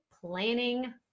planning